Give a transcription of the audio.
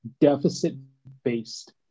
deficit-based